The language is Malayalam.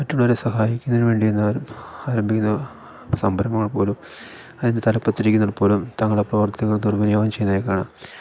മറ്റുള്ളവരെ സഹായിക്കുന്നതിന് വേണ്ടി എല്ലാവരും ആരംഭിക്കുന്ന സംരംഭങ്ങൾ പോലും അതിൻ്റെ തലപ്പത്തിരിക്കുന്നവർ പോലും തങ്ങളുടെ പ്രവർത്തികൾ ദുർവിനിയോഗം ചെയ്യുന്നതായിക്കാണാം